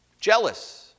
jealous